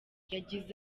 yagize